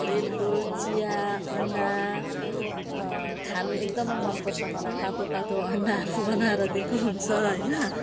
रेलको चिया अन्डा खानु एकदमै मनपर्छ मलाई तातो तातो अन्डाहरू बनाएर दिएको हुन्छ होइन